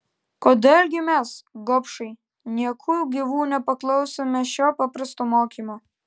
kodėl gi mes gobšai nieku gyvu nepaklausome šio paprasto mokymo